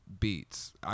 Beats